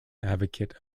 advocate